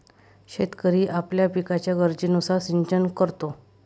शेतकरी आपल्या पिकाच्या गरजेनुसार सिंचन करतो